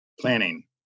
planning